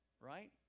Right